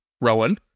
Rowan